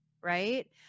right